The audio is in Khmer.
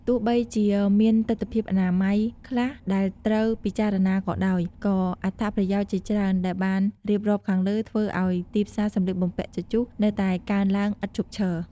ទោះបីជាមានទិដ្ឋភាពអនាម័យខ្លះដែលត្រូវពិចារណាក៏ដោយ ក៏អត្ថប្រយោជន៍ជាច្រើនដែលបានរៀបរាប់ខាងលើធ្វើឱ្យទីផ្សារសម្លៀកបំពាក់ជជុះនៅតែកើនឡើងឥតឈប់ឈរ។